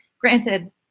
Granted